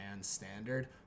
standard